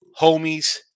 homies